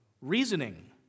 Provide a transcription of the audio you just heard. reasoning